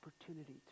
opportunity